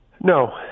No